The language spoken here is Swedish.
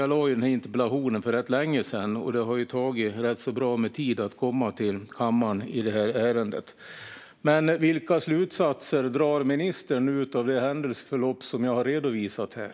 Jag lämnade ju in min interpellation för rätt länge sedan, och det har tagit ganska lång tid att komma till kammaren för att diskutera ärendet. Vilka slutsatser drar ministern av det händelseförlopp som jag har redovisat här?